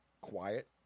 Quiet